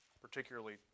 particularly